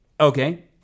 Okay